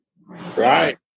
right